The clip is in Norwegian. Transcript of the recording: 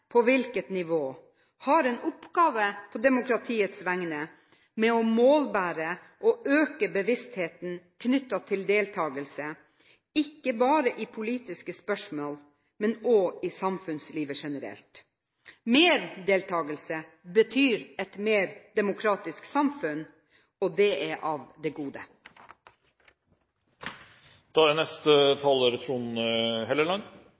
på hvilket nivå, har en oppgave på demokratiets vegne med å målbære og øke bevisstheten knyttet til deltakelse – ikke bare i politiske spørsmål, men også i samfunnslivet generelt. Mer deltakelse betyr et mer demokratisk samfunn, og det er av det gode. La meg først si at det er